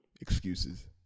Excuses